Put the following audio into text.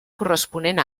corresponent